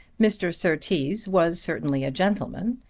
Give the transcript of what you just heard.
mr. surtees was certainly a gentleman,